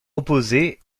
opposé